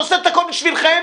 עושה את הכול בשבילכם,